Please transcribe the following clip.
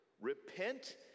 Repent